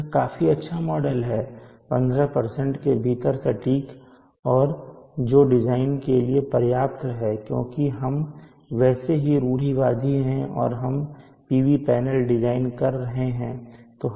यह काफी अच्छा मॉडल है 15 के भीतर सटीक और जो डिज़ाइन के लिए पर्याप्त है क्योंकि हम वैसे भी रूढ़िवादी हैं और हम PV पैनल डिज़ाइन कर रहे हैं